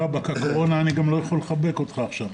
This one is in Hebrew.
חבל, בשל הקורונה אני לא יכול לחבק אותך עכשיו.